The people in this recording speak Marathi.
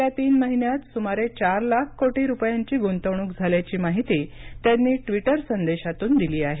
गेल्या तीन महिन्यात सुमारे चार लाख कोटी रुपयांची गुंतवणूक झाल्याची माहिती त्यांनी ट्विटर संदेशातून दिली आहे